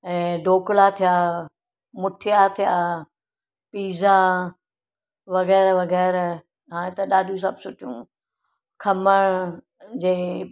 ऐं ढोकला थिया मुठीया थिया पिज़ा वग़ैरह वग़ैरह हाणे त ॾाढियूं सभु सुठियूं खमण जंहिं